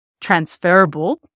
transferable